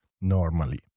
normally